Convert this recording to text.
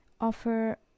offer